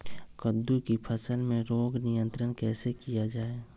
कददु की फसल में रोग नियंत्रण कैसे किया जाए?